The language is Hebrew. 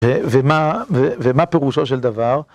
ומה פירושו של דבר?